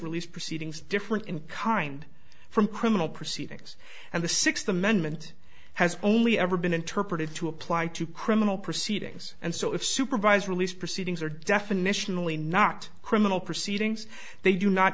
release proceedings different in kind from criminal proceedings and the sixth amendment has only ever been interpreted to apply to criminal proceedings and so if supervised release proceedings are definitional ie not criminal proceedings they do not